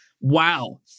wow